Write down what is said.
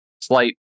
slight